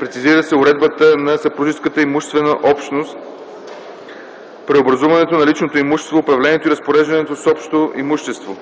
прецизира се уредбата на съпружеската имуществена общност, преобразуването на лично имущество, управлението и разпореждането с общо имущество.